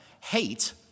hate